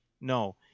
no